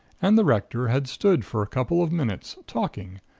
and the rector had stood for a couple of minutes, talking,